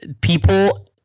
people